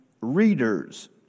readers